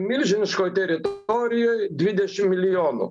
milžiniškoj teritorijoj dvidešim milijonų